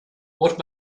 what